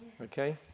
okay